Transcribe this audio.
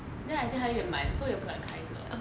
then I then 他太满 so 我不敢开这个